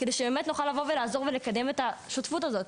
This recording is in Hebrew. כדי שנוכל לקדם את השותפות הזאת,